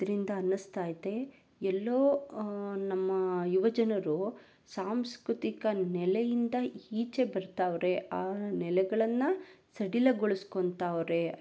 ಇದರಿಂದ ಅನಿಸ್ತೈತೆ ಎಲ್ಲೋ ನಮ್ಮ ಯುವಜನರು ಸಾಂಸ್ಕೃತಿಕ ನೆಲೆಯಿಂದ ಈಚೆ ಬರ್ತವರೆ ಆ ನೆಲೆಗಳನ್ನು ಸಡಿಲಗೊಳಿಸ್ಕೊಂತವ್ರೆ